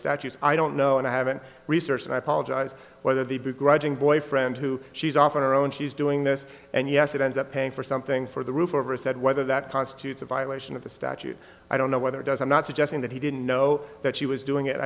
statutes i don't know and i haven't researched and i apologize whether the begrudging boyfriend who she's off on our own she's doing this and yes it ends up paying for something for the roof over his head whether that constitutes a violation of the statute i don't know whether it does i'm not suggesting that he didn't know that she was doing it